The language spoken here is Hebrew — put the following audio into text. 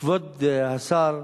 כבוד השר,